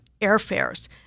airfares